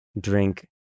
drink